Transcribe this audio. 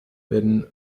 werden